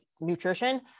nutrition